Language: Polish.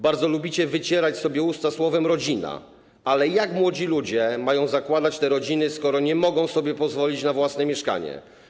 Bardzo lubicie wycierać sobie usta słowem „rodzina”, ale jak młodzi ludzie mają zakładać te rodziny, skoro nie mogą sobie pozwolić na własne mieszkanie?